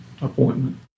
appointment